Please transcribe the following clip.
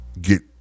get